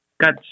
got